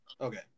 Okay